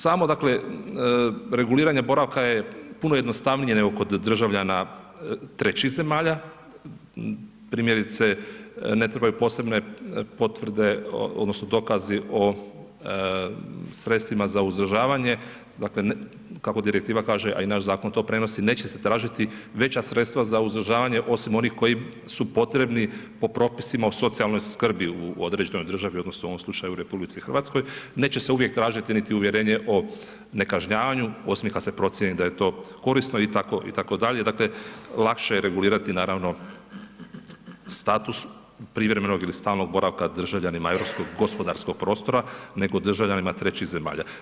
Samo, dakle, reguliranje boravka je puno jednostavnije nego kod državljana trećih zemalja, primjerice ne trebaju posebne potvrde odnosno dokazi o sredstvima za uzdržavanje, dakle, kako direktiva kaže, a i naš zakon to prenosi, neće se tražiti veća sredstva za uzdržavanje, osim onih koji su potrebni po propisima o socijalnoj skrbi u određenoj državi odnosno u ovom slučaju u RH, neće se uvijek tražiti niti uvjerenje o nekažnjavanju osim ako se procijeni da je to korisno i tako itd., dakle, lakše je regulirati naravno status privremenog ili stalnog boravka državljanima europskog gospodarskog prostora nego državljanima trećih zemalja.